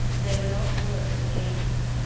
they were not words that came to her,